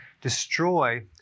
destroy